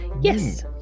Yes